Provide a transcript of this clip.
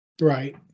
right